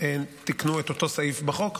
תיקנו את אותו סעיף בחוק